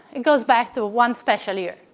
it goes back to one special year,